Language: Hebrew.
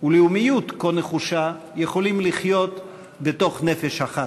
ולאומיות כה נחושה יכולים לחיות בתוך נפש אחת.